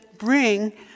bring